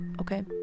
okay